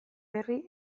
berri